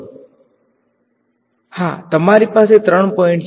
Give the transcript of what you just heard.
વિદ્યાર્થી સર અમારી પાસે ત્રણ પોઈન્ટ છે